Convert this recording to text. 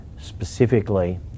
specifically